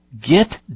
get